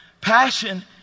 Passion